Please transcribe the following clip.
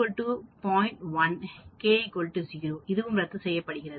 1 k 0 இதுவும் ரத்து செய்யப்படும்